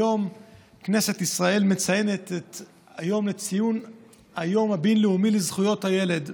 היום כנסת ישראל מציינת את היום הבין-לאומי לזכויות הילד,